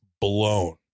blown